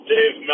Dave